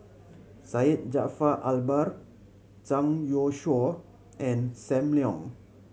Syed Jaafar Albar Zhang Youshuo and Sam Leong